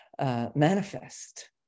Manifest